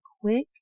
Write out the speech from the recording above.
quick